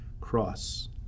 cross